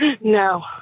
No